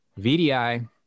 VDI